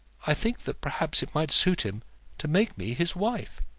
i think that perhaps it might suit him to make me his wife.